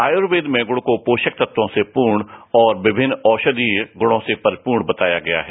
आयुर्वेद में गुढ को पोषक तर्कों से पूर्ण और विमिन्न औषषि गुणों से परिपूर्ण बताया गया है